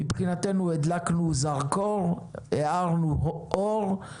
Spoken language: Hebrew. מבחינתנו, הדלקנו זרקור, הארנו באור.